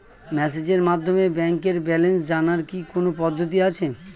মেসেজের মাধ্যমে ব্যাংকের ব্যালেন্স জানার কি কোন পদ্ধতি আছে?